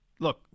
Look